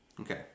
Okay